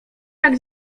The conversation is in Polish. jak